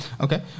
okay